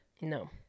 No